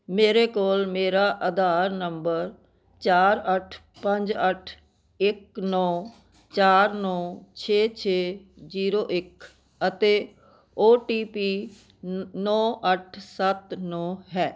ਮੇਰੇ ਕੋਲ ਮੇਰਾ ਆਧਾਰ ਨੰਬਰ ਚਾਰ ਅੱਠ ਪੰਜ ਅੱਠ ਇੱਕ ਨੌ ਚਾਰ ਨੌ ਛੇ ਛੇ ਜੀਰੋ ਇੱਕ ਅਤੇ ਓ ਟੀ ਪੀ ਨੌ ਅੱਠ ਸੱਤ ਨੌ ਹੈ